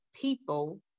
people